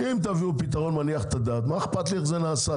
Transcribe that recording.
אם תביאו פתרון מניח את הדעת מה אכפת לי איך זה נעשה?